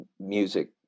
music